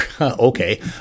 Okay